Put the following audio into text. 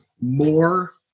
More